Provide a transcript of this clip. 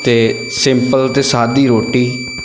ਅਤੇ ਸਿੰਪਲ ਅਤੇ ਸਾਦੀ ਰੋਟੀ